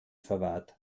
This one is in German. verwahrt